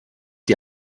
die